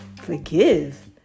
Forgive